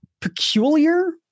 peculiar